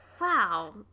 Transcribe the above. Wow